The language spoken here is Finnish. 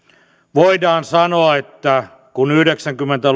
voidaan sanoa että kun yhdeksänkymmentä